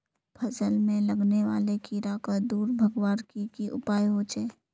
फसल में लगने वाले कीड़ा क दूर भगवार की की उपाय होचे?